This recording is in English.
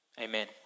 Amen